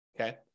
okay